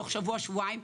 תוך שבוע שבועיים,